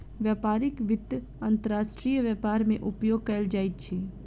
व्यापारक वित्त अंतर्राष्ट्रीय व्यापार मे उपयोग कयल जाइत अछि